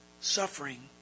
Suffering